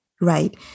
Right